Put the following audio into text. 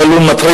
אבל הוא מטריד.